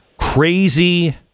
crazy